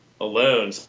alone